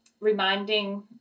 reminding